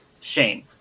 shame